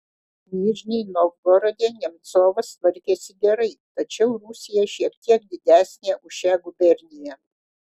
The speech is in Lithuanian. nižnij novgorode nemcovas tvarkėsi gerai tačiau rusija šiek tiek didesnė už šią guberniją